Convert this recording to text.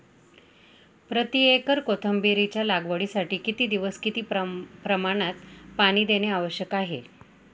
प्रति एकर कोथिंबिरीच्या लागवडीसाठी किती दिवस किती प्रमाणात पाणी देणे आवश्यक आहे?